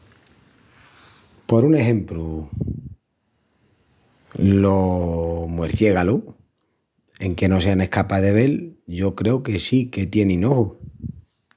Por un exempru, los muerciégalus, enque no sean escapás de vel yo creu que sí que tienin ojus.